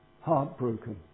Heartbroken